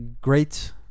Great